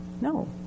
No